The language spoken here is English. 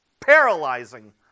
paralyzing